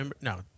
No